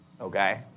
okay